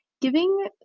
giving